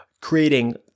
creating